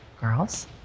girls